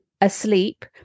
asleep